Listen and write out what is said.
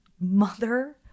mother